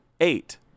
eight